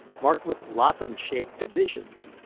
marked with lozenge-shaped divisions.